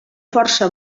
força